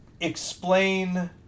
explain